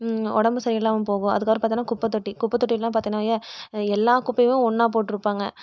உடம்பு சரியில்லாமல் போகும் அதுக்கப்புறம் பார்த்தனா குப்பைத்தொட்டி குப்பைத்தொட்டிலாம் பார்த்தனவைய எல்லா குப்பையுமே ஒன்றா போட்டிருப்பாங்க